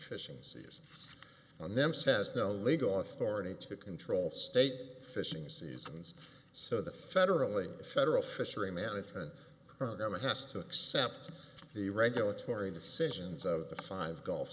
fishing season on them says no legal authority to control state fishing seasons so the federally federal fishery management program has to accept the regulatory decisions of the five gulf